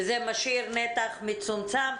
וזה משאיר נתח מצומצם,